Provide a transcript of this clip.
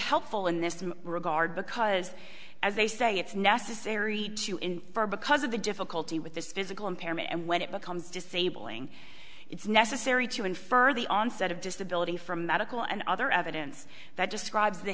helpful in this regard because as they say it's necessary to infer because of the difficulty with this physical impairment and when it becomes disabling it's necessary to infer the onset of disability from medical and other evidence that describes the